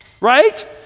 Right